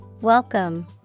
Welcome